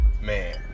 man